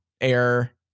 air